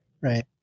right